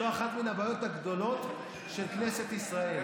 זו אחת מהבעיות הגדולות של כנסת ישראל,